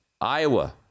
iowa